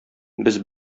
без